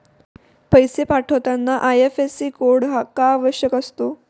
पैसे पाठवताना IFSC code का आवश्यक असतो?